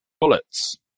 bullets